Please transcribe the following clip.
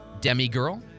demigirl